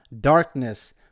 Darkness